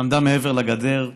שעמדה מעבר לגדר.